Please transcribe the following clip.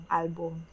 album